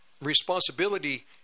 responsibility